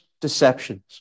deceptions